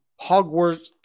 Hogwarts